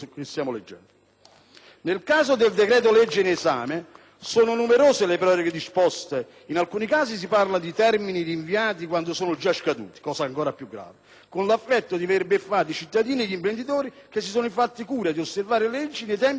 Nel caso del decreto-legge in esame, sono numerose le proroghe disposte. In alcuni casi si parla di termini rinviati quando sono già scaduti (fatto ancora più grave), con l'effetto di veder beffati i cittadini e gli imprenditori che si sono fatti cura di osservare le leggi nei tempi e nei modi prescritti.